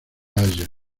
haya